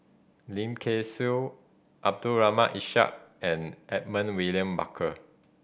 Lim Kay Siu Abdul Ishak and Edmund William Barker